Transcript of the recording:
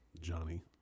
Johnny